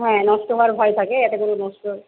হ্যাঁ নষ্ট হওয়ার ভয় থাকে একেবারে নষ্ট